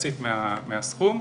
מחצית מהסכום.